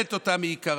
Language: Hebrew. שוללת אותה מעיקרה.